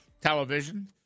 Television